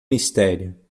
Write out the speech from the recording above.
mistério